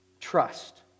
trust